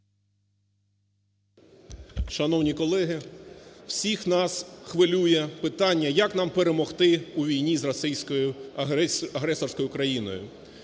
Шановні колеги, всіх нас хвилює питання, як нам перемогти у війні з російською агресорською країною.